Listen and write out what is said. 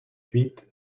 huit